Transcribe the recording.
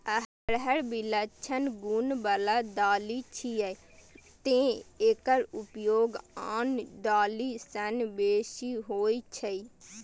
अरहर विलक्षण गुण बला दालि छियै, तें एकर उपयोग आन दालि सं बेसी होइ छै